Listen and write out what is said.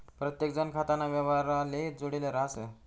प्रत्येकजण खाताना व्यवहारले जुडेल राहस